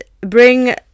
bring